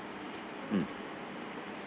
mm